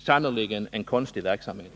Sannerligen en konstig verksamhet!